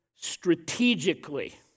strategically